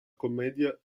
commedia